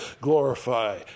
glorify